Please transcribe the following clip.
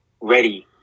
ready